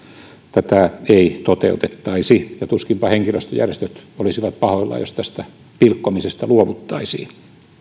tätä ei toteutettaisi ja tuskinpa henkilöstöjärjestöt olisivat pahoillaan jos tästä pilkkomisesta luovuttaisiin